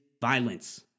violence